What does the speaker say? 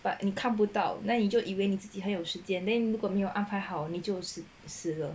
but 你看不到 then 你就以为自己很有时间 then 如果没有安排好你就你就死了